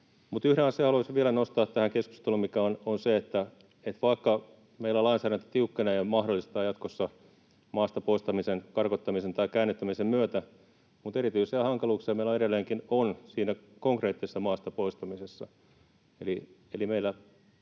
yhden asian haluaisin vielä nostaa tähän keskusteluun, mikä on se, että vaikka meillä lainsäädäntö tiukkenee ja mahdollistaa jatkossa maasta poistamisen karkottamisen tai käännyttämisen myötä, niin erityisiä hankaluuksia meillä edelleenkin on siinä konkreettisessa maasta poistamisessa,